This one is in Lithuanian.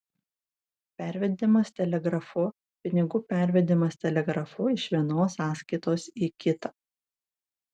pervedimas telegrafu pinigų pervedimas telegrafu iš vienos sąskaitos į kitą